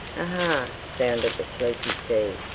ah-aah! sounded the sleepy sea.